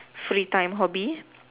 free time hobby